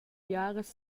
biaras